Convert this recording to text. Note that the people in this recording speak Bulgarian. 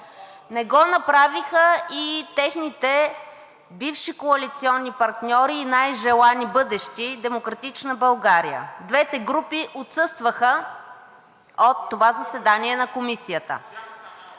не го направиха и техните бивши коалиционни партньори и най-желани бъдещи – „Демократична България“, двете групи отсъстваха от това заседание на Комисията.